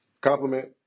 compliment